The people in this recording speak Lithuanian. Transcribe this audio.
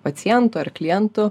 pacientų ar klientų